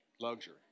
Luxury